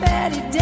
Betty